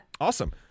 Awesome